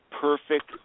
perfect